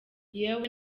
yewe